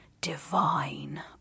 divine